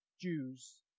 Jews